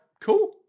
cool